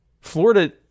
Florida